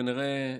ונראה,